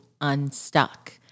unstuck